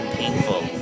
painful